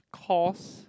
calls